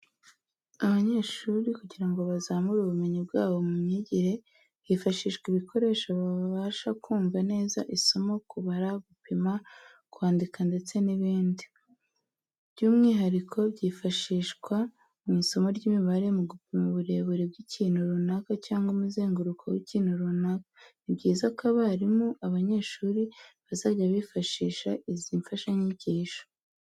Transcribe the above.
Abanyeshuri kugira ngo bazamure ubumenyi bwabo mu myigire, hifashishwa ibikoresho bibafasha kumva neza isomo, kubara, gupima, kwandika ndetse n'ibindi. Ibi bikoresho cyangwa imfashanyigisho by'umwihariko byifashishwa mu isomo ry'imibare mu gupima uburebure bw'ikintu runaka cyangwa umuzenguruko w'ikintu runaka. Ni byiza ko abarimu, abanyeshuri bazajya bifashisha izi mfashanyigisho.